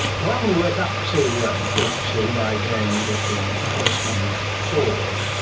well, i'm going to work up to forty two by going with the first number, that's four.